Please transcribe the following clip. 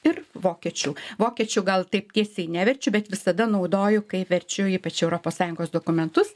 ir vokiečių vokiečių gal taip tiesiai neverčiu bet visada naudoju kai verčiu ypač europos sąjungos dokumentus